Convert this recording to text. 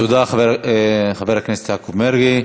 תודה, חבר הכנסת יעקב מרגי.